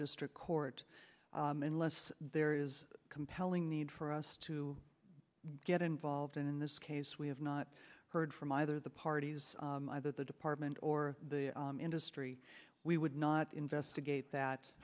district court unless there is a compelling need for us to get involved in this case we have not heard from either the parties either the department or the industry we would not investigate that